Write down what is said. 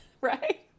right